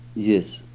yes.